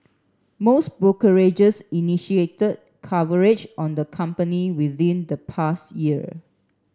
most brokerages initiated coverage on the company within the past year